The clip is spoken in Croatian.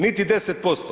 Niti 10%